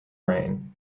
rain